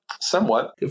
Somewhat